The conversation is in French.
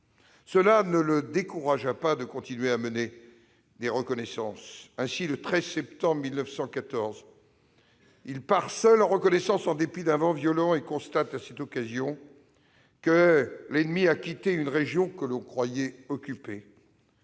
Cela ne le découragea pas de continuer à mener des reconnaissances aériennes. Ainsi, le 13 septembre 1914, il partit seul en reconnaissance en dépit d'un vent violent et constata à cette occasion que l'ennemi avait quitté une région que l'on croyait encore